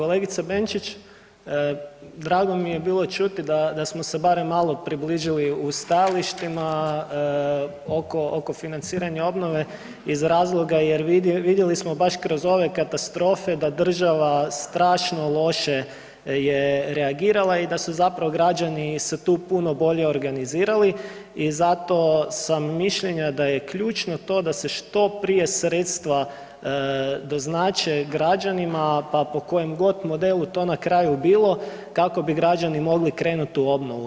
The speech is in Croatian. Kolegice Benčić, drago mi je bilo čuti da smo se barem malo približili u stajalištima oko financiranja obnove iz razloga jer vidjeli smo baš kroz ove katastrofe da država strašno loše je reagirala i da su zapravo građani se tu puno bolje organizirali i zato sam mišljenja da je ključno to da se što prije sredstva doznače građanima pa kojem god modelu to na kraju bilo kako bi građani mogli krenuti u obnovu.